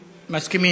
מסכים.